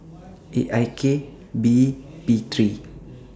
A I K B P three